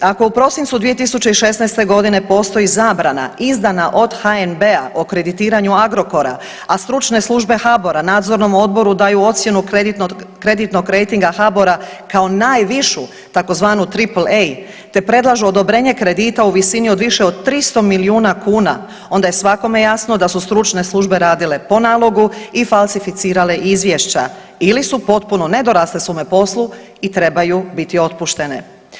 Ako u prosincu 2016. g. postoji zabrana izdana od HNB-a o kreditiranju Agrokora, a stručne službe HBOR-a Nadzornom odboru daju ocjenu kreditnog rejtinga HBOR-a kao najvišu, tzv. Triple-A, te predlažu odobrenje kredita u visini od više od 300 milijuna kuna, onda je svakome jasno da su stručne službe radile po nalogu i falsificirale izvješća ili su potpuno nedorasle svome poslu i trebaju biti otpuštene.